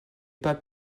pas